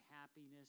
happiness